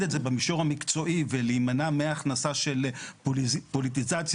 את זה במישור המקצועי ולהימנע מהכנסה של פוליטיזציה,